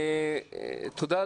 תודה,